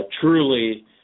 truly